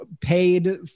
paid